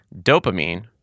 Dopamine